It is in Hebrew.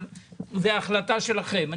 אבל זאת החלטה שלכם.